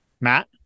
Matt